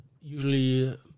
Usually